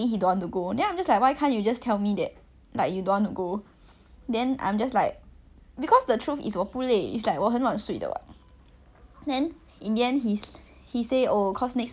then in the end he he say oh cause next morning he to go 拜 his mum and then I say okay lah then we just go out another day so we were supposed to go out the next day like after 他去拜他妈妈